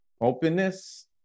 openness